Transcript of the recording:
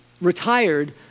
retired